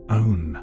own